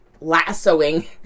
lassoing